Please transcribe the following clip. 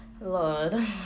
Lord